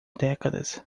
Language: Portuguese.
décadas